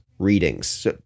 readings